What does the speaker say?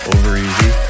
OverEasy